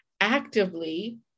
actively